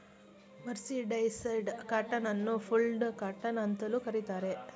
mercerised cotton ಅನ್ನು fulled cotton ಅಂತಲೂ ಕರಿತಾರೆ